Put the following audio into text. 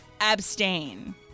abstain